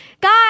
Guys